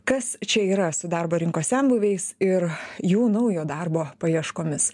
kas čia yra su darbo rinkos senbuviais ir jų naujo darbo paieškomis